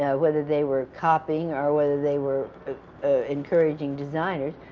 yeah whether they were copying or whether they were encouraging designers.